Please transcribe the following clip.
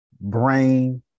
brain